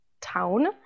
town